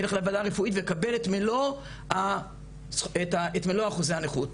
יילך לוועדה הרפואית ונקבל את מלוא אחוזי הנכות,